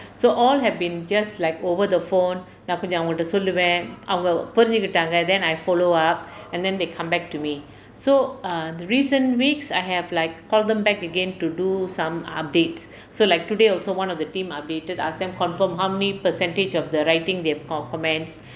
so all have been just like over the phone நான் கொஞ்சம் அவங்க கிட்ட சொல்லுவேன் அவங்க புரிஞ்சிக்கிட்டாங்க:naan koncham avanga kitta solluvaen avanga purinjikittaanga then I follow up and then they come back to me so err recent weeks I have like call them back again to do some updates so like today also one of the team updated ask them confirm how many percentage of the writing they have comments